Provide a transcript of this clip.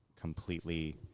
completely